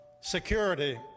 security